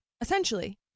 essentially